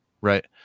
Right